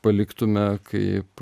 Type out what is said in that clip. paliktume kaip